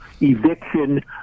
Eviction